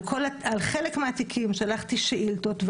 על חלק מהתיקים שלחתי שאילתות,